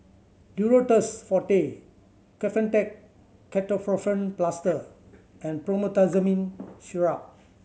Duro Tuss Forte Kefentech Ketoprofen Plaster and Promethazine Syrup